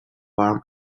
warm